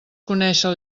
conèixer